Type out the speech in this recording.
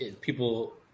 people